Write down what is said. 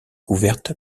couverte